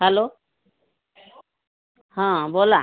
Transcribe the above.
hello हा बोला